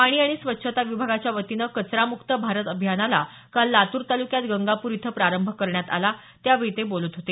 पाणी आणि स्वच्छता विभागाच्या वतीने कचरा मुक्त भारत अभियानाला काल लातूर तालुक्यात गंगापूर इथं प्रारंभ करण्यात आला त्यावेळी ते बोलत होते